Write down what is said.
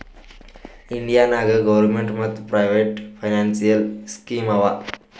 India ನಾಗ್ government ಮತ್ private financial scheme ಆವಾ